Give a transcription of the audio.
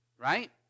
right